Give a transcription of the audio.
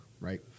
right